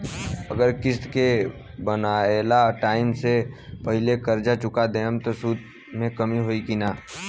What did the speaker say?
अगर किश्त के बनहाएल टाइम से पहिले कर्जा चुका दहम त सूद मे कमी होई की ना?